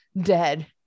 dead